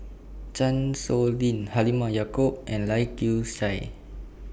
Chan Sow Lin Halimah Yacob and Lai Kew Chai